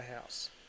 house